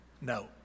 No